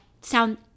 sound